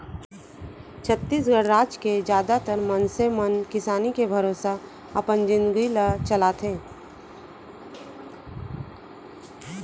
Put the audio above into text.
छत्तीसगढ़ राज के जादातर मनसे मन किसानी के भरोसा अपन जिनगी ल चलाथे